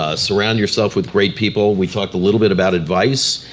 ah surround yourself with great people. we talked a little bit about advice.